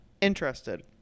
interested